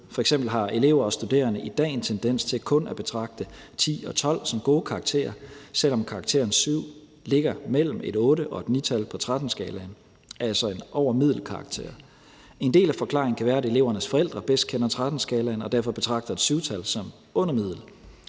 har elever og studerende i dag en tendens til kun at betragte 10 og 12 som gode karakterer, selv om karakteren 7 ligger mellem et 8- og et 9-tal på 13-skalaen, altså en over middel-karakter. En del af forklaringen kan være, at elevernes forældre bedst kender 13-skalaen og derfor betragter et 7-tal som under middel.